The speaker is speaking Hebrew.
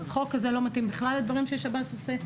החוק הזה בכלל לא מתאים לדברים ששירות בתי הסוהר עושה,